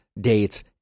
dates